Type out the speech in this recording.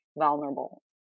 vulnerable